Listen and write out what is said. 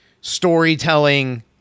storytelling